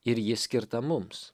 ir ji skirta mums